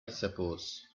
suppose